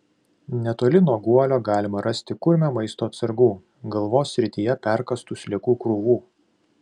netoli nuo guolio galima rasti kurmio maisto atsargų galvos srityje perkąstų sliekų krūvų